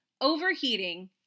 overheating